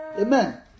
Amen